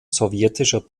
sowjetischer